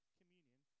communion